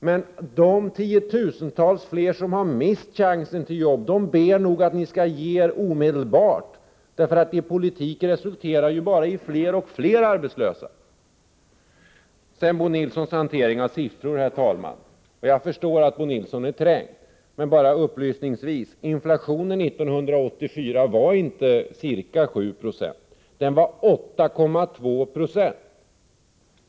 Men de tiotusentals människor som mist chansen till jobb ber nog att ni skall ge er omedelbart, eftersom er politik bara resulterar i fler arbetslösa. Beträffande Bo Nilssons hantering av siffror: Jag förstår att Bo Nilsson är kränkt. Jag vill bara upplysningsvis säga: Inflationen år 1984 var inte ca 7 90, utan den var 8,2 90.